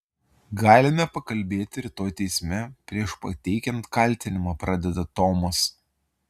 galime pakalbėti rytoj teisme prieš pateikiant kaltinimą pradeda tomas